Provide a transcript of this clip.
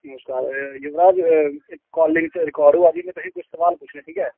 नमस्कार युवराज एह् calling record होआ दी ऐ मैं तुसेंगी किश सुआल पुच्छने ठीक ऐ